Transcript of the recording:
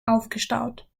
aufgestaut